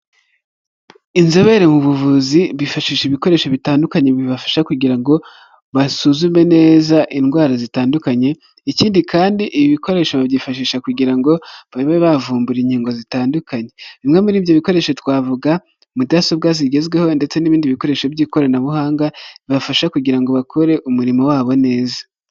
Inzobere mu buvuzi bifashisha ibikoresho bitandukanye bibafasha kugira ngo basuzume neza indwara zitandukanye, ikindi kandi ibi bikoresho babyifashisha kugira ngo babe bavumbura inkingo zitandukanye, bimwe muri ibyo bikoresho twavuga; mudasobwa zigezweho ndetse n'ibindi bikoresho by'ikoranabuhanga, bibafasha kugira ngo bakore umurimo wabo neza.